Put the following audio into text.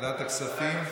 ועדת הכספים?